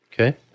Okay